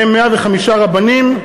ובהם 105 רבנים,